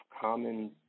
common